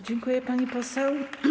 Dziękuję, pani poseł.